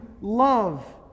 love